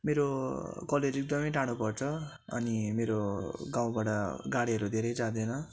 मेरो कलेज एकदमै टाडो पर्छ अनि मेरो गाउँबाड गाडीहरू धेरै जाँदैन